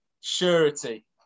surety